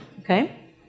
okay